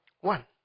One